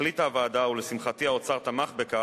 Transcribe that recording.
החליטה הוועדה, ולשמחתי האוצר תמך בכך,